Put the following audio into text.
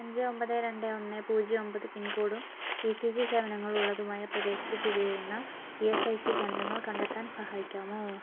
അഞ്ചു ഒമ്പത് രണ്ട് ഒന്ന് പൂജ്യം ഒമ്പത് പിൻകോഡും ഇസിജി സേവനങ്ങൾ ഉള്ളതുമായ പ്രദേശത്ത് സ്ഥിതിചെയ്യുന്ന ഇഎസ്ഐസി കേന്ദ്രങ്ങൾ കണ്ടെത്താൻ സഹായിക്കാമോ